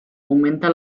augmenta